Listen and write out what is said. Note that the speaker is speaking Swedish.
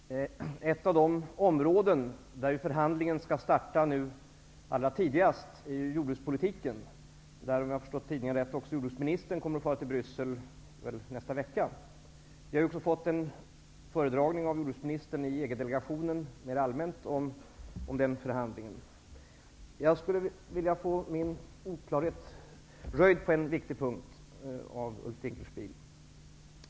Herr talman! Ett av de områden där förhandlingen skall starta allra tidigast är jordbrukspolitiken. Om jag har förstått tidningarna rätt kommer jordbruksministern att fara till Bryssel nästa vecka. Vi har också i EG-delegationen fått en mer allmän föredragning av jordbruksministern om den förhandlingen. Jag skulle vilja få min oklarhet röjd av Ulf Dinkelspiel på en viktig punkt.